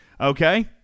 Okay